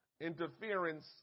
Interference